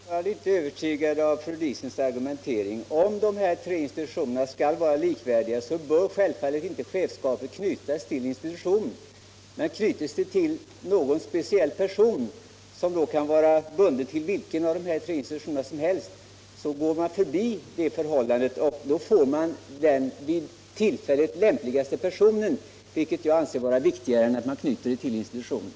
Herr talman! Jag är fortfarande inte övertygad av fru Diesens argumentering. Om dessa tre institutioner skall vara likvärdiga, bör chefskapet självfallet inte knytas till institutionen. Knyts det till någon speciell person, som då kan vara bunden till vilken som helst av dessa institutioner, går man förbi det förhållandet och får den vid tillfället lämpligaste per sonen, vilket jag anser vara viktigare än att knyta chefskapet till institutionen.